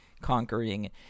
conquering